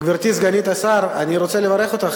גברתי סגנית השר, אני רוצה לברך אותך.